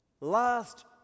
last